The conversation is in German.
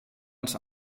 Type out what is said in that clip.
als